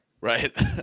Right